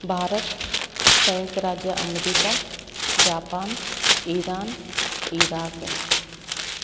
भारत सयुंक्त राज्य अमरीका जापान ईरान इराक